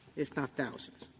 if not thousands.